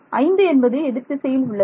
ஐந்து என்பது எதிர்த்திசையில் உள்ளது